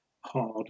hard